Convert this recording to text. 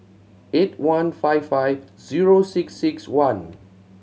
eight one five five zero six six one